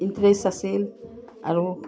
interest আছিল আৰু